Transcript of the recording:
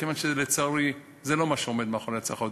כיוון שלצערי זה לא מה שעומד מאחורי הצעת החוק,